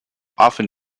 often